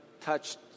touched